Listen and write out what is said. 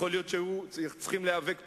יכול להיות שהיו צריכים להיאבק פחות.